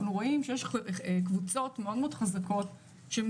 אנחנו רואים שיש קבוצות אזרחיות חזקות יותר